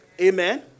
Amen